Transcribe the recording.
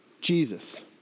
Jesus